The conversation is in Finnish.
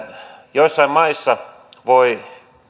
joissain maissa voi